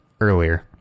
earlier